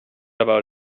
about